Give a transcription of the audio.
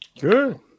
Good